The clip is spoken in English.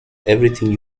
everything